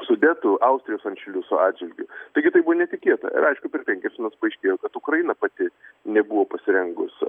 sudetų austrijos anšliuso atžvilgiu taigi tai buvo netikėta ir aišku per penkis metus paaiškėjo kad ukraina pati nebuvo pasirengus